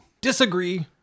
disagree